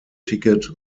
ticket